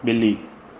बि॒ली